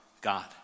God